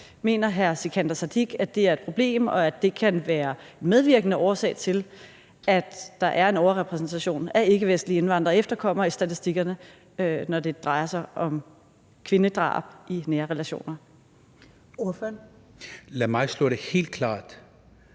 Mener hr. Sikandar Siddique, at det er et problem, og at det kan være en medvirkende årsag til, at der er en overrepræsentation af ikkevestlige indvandrere og efterkommere i statistikkerne, når det drejer sig om kvindedrab i nære relationer? Kl. 11:42 Første